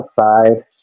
outside